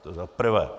To za prvé.